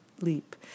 leap